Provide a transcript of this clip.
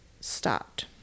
stopped